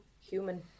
human